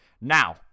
Now